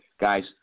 guys